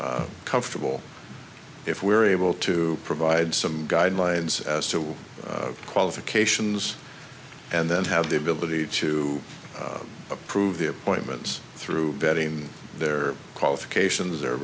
very comfortable if we're able to provide some guidelines as to what qualifications and then have the ability to approve the appointments through vetting their qualifications